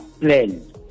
plan